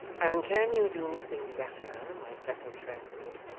and can you do nothing better, my pleasant friend,